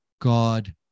God